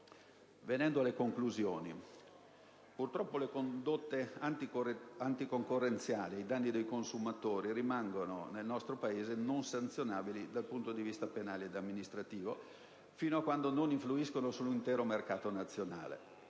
imprese. In conclusione, purtroppo le condotte anticoncorrenziali ai danni dei consumatori rimangono, nel nostro Paese, non sanzionabili dal punto di vista penale e amministrativo, fino a quando non influiscono sull'intero mercato nazionale.